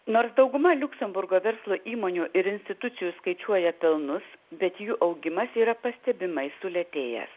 nors dauguma liuksemburgo verslo įmonių ir institucijų skaičiuoja pelnus bet jų augimas yra pastebimai sulėtėjęs